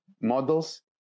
models